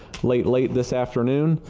lately this afternoon.